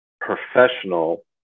professional